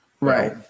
Right